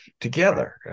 together